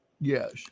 Yes